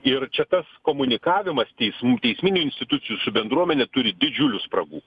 ir čia tas komunikavimas teismų teisminių institucijų su bendruomene turi didžiulių spragų